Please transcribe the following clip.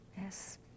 Yes